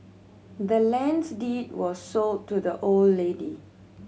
the land's deed was sold to the old lady